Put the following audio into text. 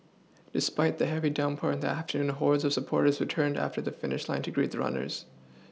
despite the heavy downpour in the afternoon hordes of supporters turned up at the finish line to greet the runners